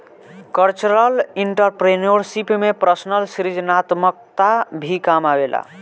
cultural entrepreneurship में personal सृजनात्मकता भी काम आवेला